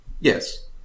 Yes